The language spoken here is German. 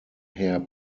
herr